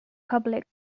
public